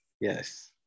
Yes